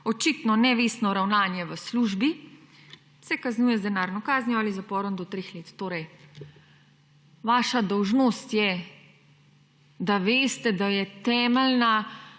očitno nevestno ravna v službi, se kaznuje z denarno kaznijo ali z zaporom do treh let.« Torej vaša dolžnost je, da veste, da je temeljna